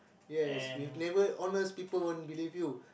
yes if never honest people won't believe you